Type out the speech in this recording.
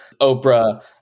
Oprah